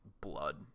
blood